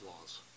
laws